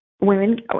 women